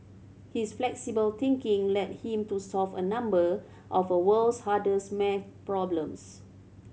his flexible thinking led him to solve a number of world's hardest maths problems